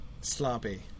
Sloppy